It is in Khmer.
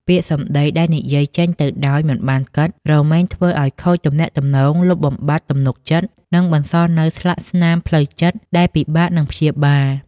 ពាក្យសម្ដីដែលនិយាយចេញទៅដោយមិនបានគិត រមែងធ្វើឱ្យខូចទំនាក់ទំនង លុបបំបាត់ទំនុកចិត្ត និងបន្សល់នូវស្លាកស្នាមផ្លូវចិត្តដែលពិបាកនឹងព្យាបាល។